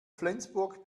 flensburg